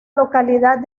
localidad